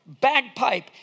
bagpipe